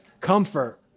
comfort